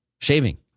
Shaving